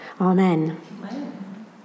Amen